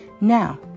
Now